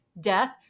death